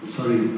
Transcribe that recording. Sorry